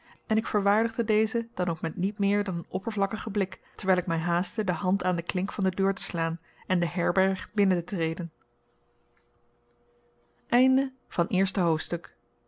en ik verwaardigde dezen dan ook met niet meer dan een oppervlakkigen blik terwijl ik mij haastte de hand aan de klink van de deur te slaan en de herberg binnen te treden tweede hoofdstuk